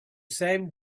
same